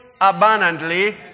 abundantly